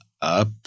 up